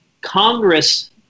Congress